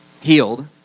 healed